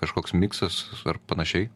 kažkoks miksas ar panašiai